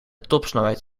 topsnelheid